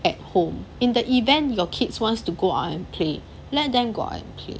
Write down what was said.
at home in the event your kids wants to go out and play let them go out and play